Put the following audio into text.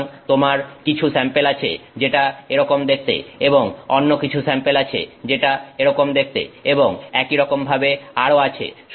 সুতরাং তোমার কিছু স্যাম্পেল আছে যেটা এরকম দেখতে এবং অন্য কিছু স্যাম্পেল আছে যেটা এরকম দেখতে এবং একইরকম ভাবে আরো আছে